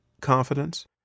confidence